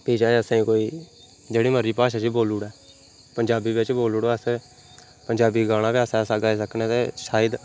फ्ही चाहें असेंगी कोई जेह्ड़ी मर्ज़ी भाशा च बोली उड़ै पंजाबी बिच्च बोली उड़ो असें पंजाबी गाना गै ऐसा ऐसा गाई सकने के शायद